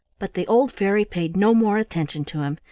but the old fairy paid no more attention to him.